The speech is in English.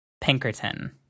pinkerton